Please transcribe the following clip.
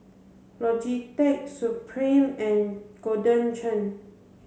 Logitech Supreme and Golden Churn